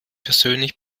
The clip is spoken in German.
persönlich